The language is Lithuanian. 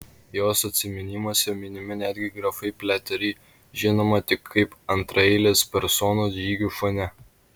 jos atsiminimuose minimi netgi grafai pliateriai žinoma tik kaip antraeilės personos žygių fone